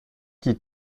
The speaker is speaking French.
qui